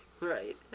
Right